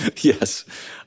Yes